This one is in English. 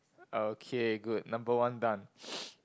okay good number one done